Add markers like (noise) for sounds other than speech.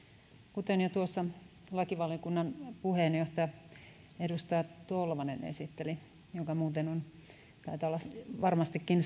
kuten jo tuossa lakivaliokunnan puheenjohtaja edustaja tolvanen esitteli joka muuten taitaa olla varmastikin (unintelligible)